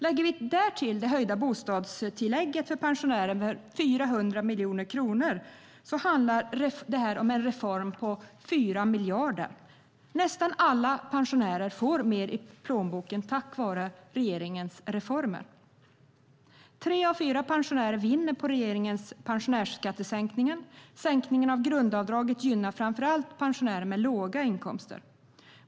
Lägger vi därtill det höjda bostadstillägget för pensionärer med 400 miljoner kronor handlar det om reformer på 4 miljarder kronor. Nästan alla pensionärer får mer i plånboken tack vare regeringens reformer. Tre av fyra pensionärer vinner på regeringens pensionärsskattesänkning. Sänkningen av grundavdraget gynnar framför allt pensionärer med låga inkomster.